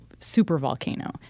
supervolcano